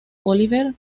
olivier